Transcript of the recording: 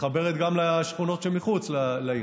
שמתחברת גם לשכונות שמחוץ לעיר.